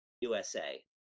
USA